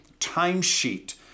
timesheet